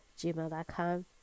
gmail.com